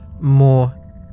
more